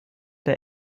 der